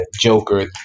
Joker